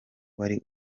wari